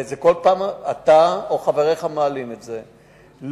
וכל פעם אתה או חבריך מעלים את זה,